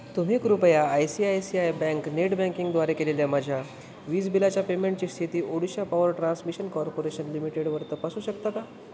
तुम्ही कृपया I C I C I bank net बँकिंगद्वारे केलेल्या माझ्या वीज बिलाच्या पेमेंटची स्थिती ओडिशा पावर ट्रान्समिशन कॉर्पोरेशन लिमिटेडवर तपासू शकता का